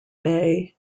bay